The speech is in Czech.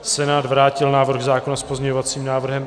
Senát vrátil návrh zákona s pozměňovacím návrhem.